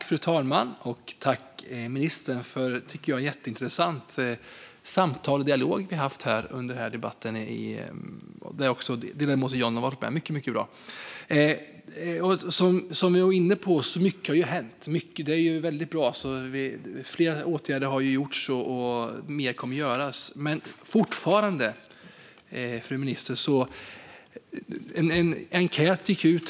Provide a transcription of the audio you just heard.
Fru talman! Tack, ministern, för ett jätteintressant samtal och dialog som vi har haft här under debatten, i vilken även John deltog! Det har varit mycket bra. Som vi var inne på har mycket hänt. Flera åtgärder har vidtagits och mer kommer att göras. Men fortfarande, fru minister, finns problem.